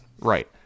Right